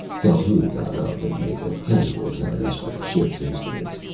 calhoun got up and made a casual examination of the ship's instruments.